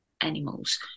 animals